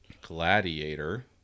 gladiator